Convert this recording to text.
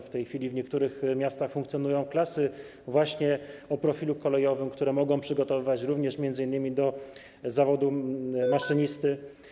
W tej chwili w niektórych miastach funkcjonują klasy właśnie o profilu kolejowym, które mogą przygotowywać m.in. do zawodu maszynisty.